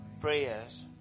prayers